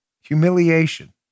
Humiliation